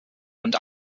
und